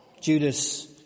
Judas